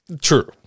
True